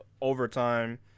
overtime